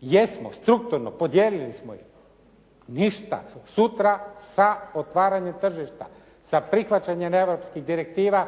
Jesmo strukturno, podijelili smo je. Ništa. Sutra sa otvaranjem tržišta, sa prihvaćanjem europskih direktiva